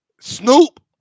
Snoop